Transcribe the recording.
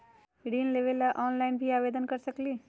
ऋण लेवे ला ऑनलाइन से आवेदन कर सकली?